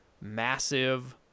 massive